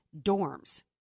dorms